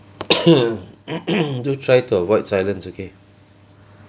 do try to avoid silence okay